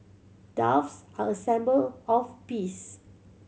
doves are a symbol of peace